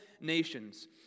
nations